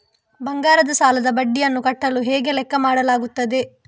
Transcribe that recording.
ಬಂಗಾರದ ಸಾಲದ ಬಡ್ಡಿಯನ್ನು ಕಟ್ಟಲು ಹೇಗೆ ಲೆಕ್ಕ ಮಾಡಲಾಗುತ್ತದೆ?